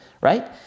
right